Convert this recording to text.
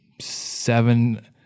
seven